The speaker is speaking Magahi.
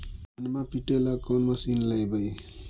धनमा पिटेला कौन मशीन लैबै?